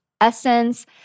essence